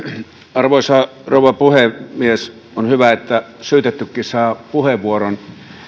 arvoisa rouva puhemies on hyvä että syytettykin saa puheenvuoron